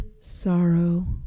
sorrow